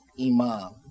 Imam